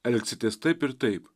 elgsitės taip ir taip